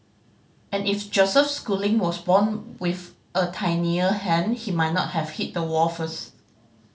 and if Joseph Schooling was born with a tinier hand he might not have hit the wall first